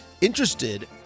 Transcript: interested